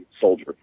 soldier